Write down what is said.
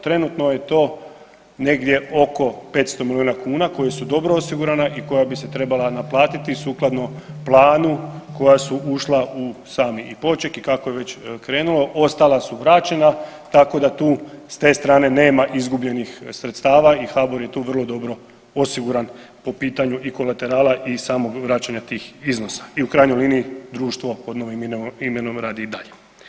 Trenutno je to negdje oko 500 milijuna kuna koja su dobro osigurana i koja bi se trebala naplatiti sukladno planu koja su ušla u sami i poček i kako je već krenulo ostala su vraćena tako da tu s te strane nema izgubljenih sredstava i HBOR je tu vrlo dobro osiguran po pitanju i kolaterala i samog vraćanja tih iznosa i u krajnjoj liniji društvo pod novim imenom radi i dalje.